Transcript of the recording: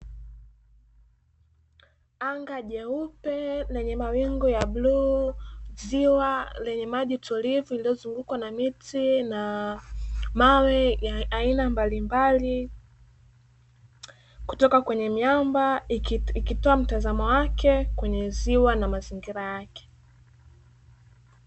Anga jeupe lenye mawingu ya bluu, ziwa lenye maji tulivu lililozungukwa na miti na mawe ya aina mbalimbali kutoka kwenye miamba, ikitoa mtazamo wake kwenye ziwa na mazingira yake.